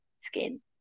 skin